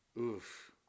Oof